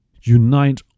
unite